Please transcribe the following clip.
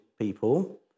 people